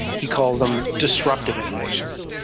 he calls them disruptive innovations.